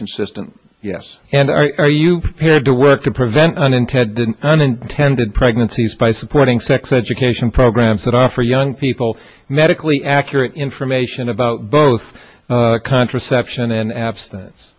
consistent yes and are you prepared to work to prevent unintended unintended pregnancies by supporting sex education programs that offer young people medically accurate information about both contraception and abstinence